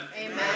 Amen